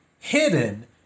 hidden